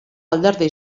alderdi